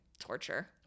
torture